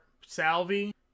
Salvi